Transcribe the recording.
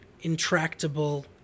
intractable